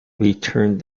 returned